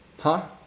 !huh!